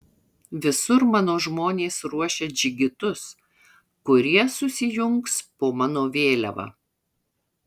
visur mano žmonės ruošia džigitus kurie susijungs po mano vėliava